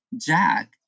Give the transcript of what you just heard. Jack